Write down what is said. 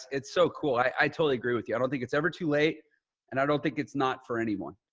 it's so cool. i totally agree with you. i don't think it's ever too late and i don't think it's not for anyone.